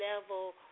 level